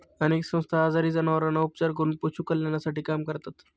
अनेक संस्था आजारी जनावरांवर उपचार करून पशु कल्याणासाठी काम करतात